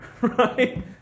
Right